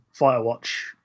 firewatch